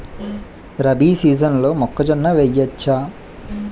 రబీ సీజన్లో మొక్కజొన్న వెయ్యచ్చా?